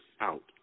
out